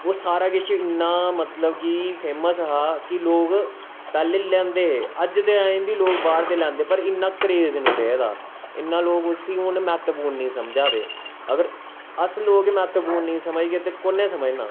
ओह् सारा किश इन्ना मतलव कि फेमस हा कि लोग पैह्ॅलें लैंदे हे अज दे टाईम बी बाह्र दे लैंदे पर इन्ना क्रेज़ नी रेह्दा इन्ना लोग उसी हून मैह्त्वपूर्ण नी समझा दे अगर अस लोग मैह्त्वपूर्ण नी समझगे ते कुनै समझना